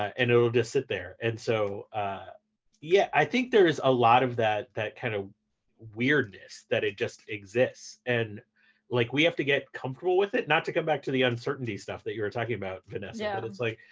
and it'll just sit there. and so yeah, i think there's a lot of that that kind of weirdness that it just exists. and like we have to get comfortable with it. not to come back to the uncertainty stuff that you were talking about, vanessa, yeah but it's like,